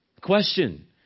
Question